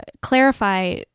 clarify